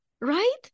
right